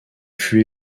fut